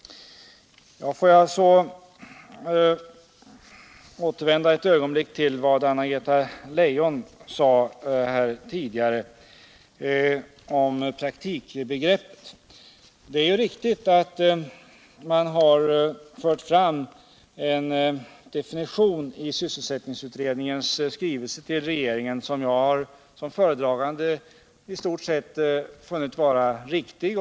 Lät mig så ett ögonblick återvända till vad Anna-Greta Leijon tidigare sade om praktikbegreppet. Det är riktigt att sysselsättningsutredningen i sin skrivelse till regeringen har fört fram en definition, som jag som föredragande i stort sett har funnit vara riktig.